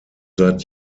seit